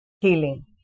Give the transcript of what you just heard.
healing